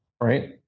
right